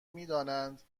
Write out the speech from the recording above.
میدانند